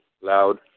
loud